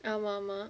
ஆமா ஆமா:aamaa aamaa